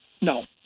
No